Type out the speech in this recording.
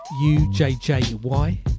U-J-J-Y